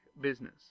business